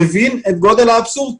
מבין את גודל האבסורד כאן.